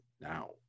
now